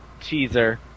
teaser